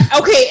Okay